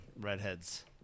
redheads